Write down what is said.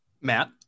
Matt